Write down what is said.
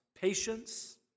Patience